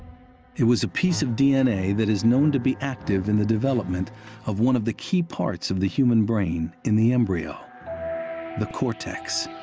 it was a piece d n a. that is known to be active in the development of one of the key parts of the human brain in the embryo the cortex.